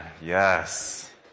Yes